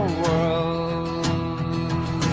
world